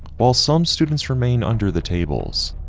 while some students remain under the tables,